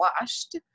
washed